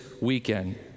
weekend